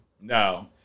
No